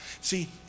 See